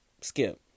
Skip